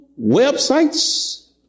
websites